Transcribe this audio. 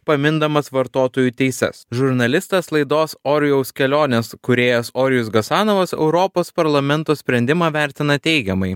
pamindamas vartotojų teises žurnalistas laidos orijaus kelionės kūrėjas orijus gasanovas europos parlamento sprendimą vertina teigiamai